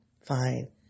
Fine